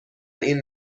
این